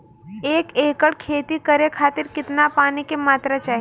एक एकड़ खेती करे खातिर कितना पानी के मात्रा चाही?